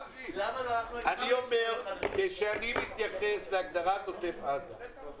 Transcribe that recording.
אני מייצג קבוצת מגדלים ממושב כרם בן זמרה,